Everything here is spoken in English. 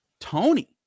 tony